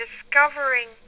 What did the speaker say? discovering